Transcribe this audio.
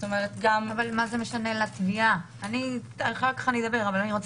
מה זה עניינה של התביעה אם הוא נמצא